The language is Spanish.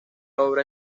obra